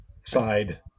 side